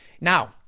Now